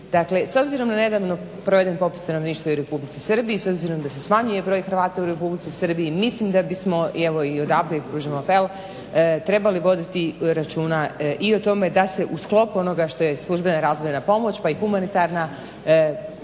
Dakle s obzirom na nedavno proveden popis stanovništva u Republici Srbiji s obzirom da se smanjuje broj Hrvata u Republici Srbiji mislim da bismo evo i odavde im pružam apel trebali voditi računa i o tome da se u sklopu onoga što je službena razvojna pomoć pa i humanitarna